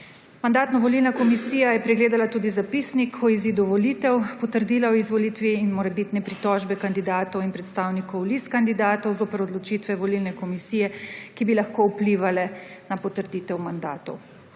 Mandatno-volilna komisija je pregledala tudi zapisnik o izidu volitev, potrdila o izvolitvi in morebitne pritožbe kandidatov in predstavnikov list kandidatov zoper odločitve volilne komisije, ki bi lahko vplivale na potrditev mandatov.